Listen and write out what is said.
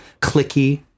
clicky